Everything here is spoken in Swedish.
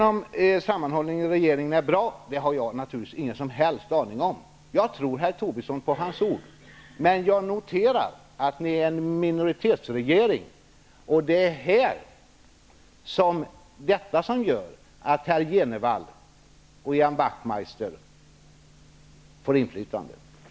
Om sammanhållningen i regeringen är bra har jag naturligtvis ingen som helst aning om. Jag tror herr Tobisson på hans ord, men jag noterar att det är en minoritetsregering. Detta gör att herrarna Jenevall och Ian Wachtmeister får inflytande.